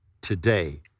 today